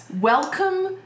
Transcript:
welcome